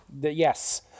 yes